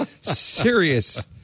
serious